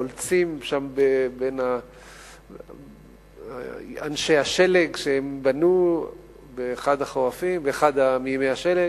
עולצים שם בין אנשי השלג שהם בנו באחד מימי השלג,